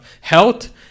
health